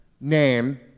name